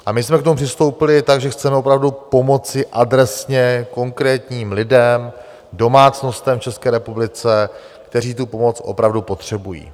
A my jsme k tomu přistoupili tak, že chceme opravdu pomoci adresně konkrétním lidem, domácnostem v České republice, kteří tu pomoc opravdu potřebují.